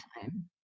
time